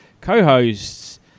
co-hosts